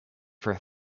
for